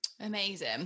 amazing